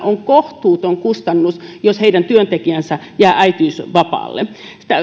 on kohtuuton kustannus jos heidän työntekijänsä jää äitiysvapaalle